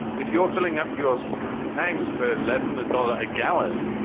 if you're filling up your tank for less than a dollar a gallon,